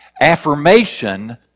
affirmation